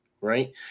right